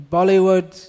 Bollywood